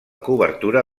cobertura